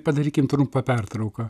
padarykim trumpą pertrauką